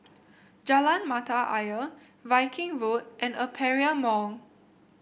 Jalan Mata Ayer Viking Road and Aperia Mall